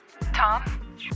Tom